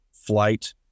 flight